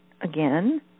again